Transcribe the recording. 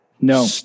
no